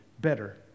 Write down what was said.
better